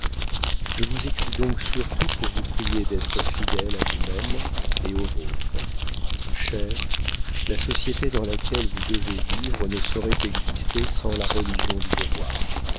je vous écris donc surtout pour vous prier d'être fidèle à vous-même et aux vôtres cher la société dans laquelle vous devez vivre ne saurait exister sans la religion du devoir